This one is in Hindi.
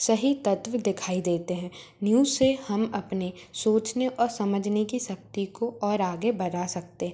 तत्व दिखाई देते हैं न्यूज़ से हम अपने सोचने और समझने की शक्ति को और आगे बढ़ा सकते हैं